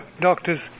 doctors